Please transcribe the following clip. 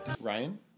Ryan